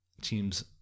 teams